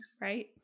right